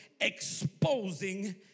exposing